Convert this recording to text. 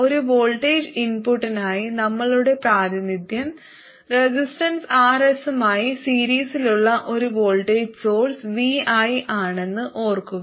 ഒരു വോൾട്ടേജ് ഇൻപുട്ടിനായുള്ള നമ്മളുടെ പ്രാതിനിധ്യം റെസിസ്റ്റൻസ് RS മായി സീരീസിലുള്ള ഒരു വോൾട്ടേജ് സോഴ്സ് vi ആണെന്ന് ഓർക്കുക